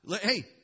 hey